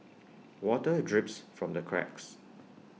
water drips from the cracks